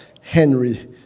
Henry